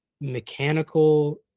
mechanical